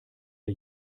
wir